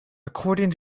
according